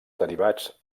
derivats